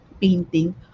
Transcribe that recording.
painting